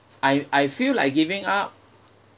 I I feel like giving up